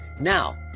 Now